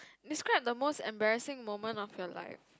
describe the most embarrassing moment of your life